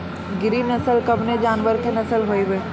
गिरी नश्ल कवने जानवर के नस्ल हयुवे?